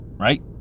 right